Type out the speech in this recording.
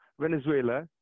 Venezuela